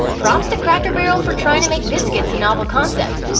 props to cracker barrel for trying to make biscuits a novel concept.